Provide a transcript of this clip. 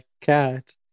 cat